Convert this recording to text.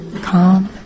calm